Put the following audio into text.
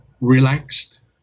relaxed